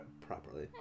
properly